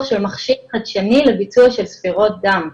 של מכשיר חדשני לביצוע של ספירות דם,